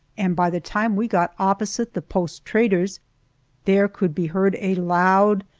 and by the time we got opposite the post trader's there could be heard a loud,